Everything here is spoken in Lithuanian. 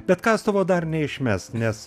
bet kastuvo dar neišmesk nes